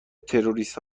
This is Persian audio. تروریست